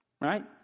right